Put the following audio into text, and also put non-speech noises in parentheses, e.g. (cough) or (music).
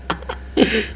(laughs) (noise)